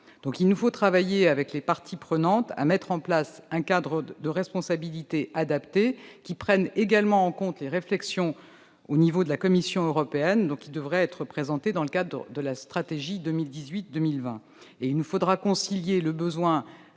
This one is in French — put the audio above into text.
Nous devons travailler avec les parties prenantes à mettre en place un cadre de responsabilité adapté, qui prenne également en compte les réflexions élaborées à l'échelon de la Commission européenne. Il devrait être présenté dans le cadre de la stratégie 2018-2020. Par ailleurs, il nous faudra concilier le besoin